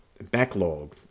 backlog